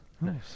Nice